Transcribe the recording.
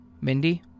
Mindy